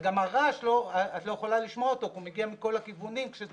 גם את הרעש את לא יכולה לשמוע כי הוא מגיע מכל הכיוונים כשזה